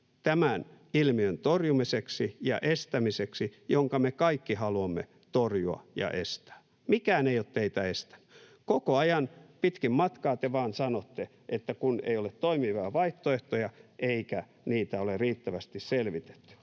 tämän ilmiön torjumiseksi ja estämiseksi, jonka me kaikki haluamme torjua ja estää. Mikään ei ole teitä estänyt. Koko ajan pitkin matkaa te vaan sanotte, että kun ei ole toimivia vaihtoehtoja eikä niitä ole riittävästi selvitetty.